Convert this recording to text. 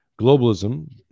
Globalism